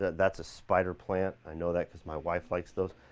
that's a spider plant, i know that cause my wife likes those.